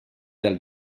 dal